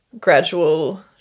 gradual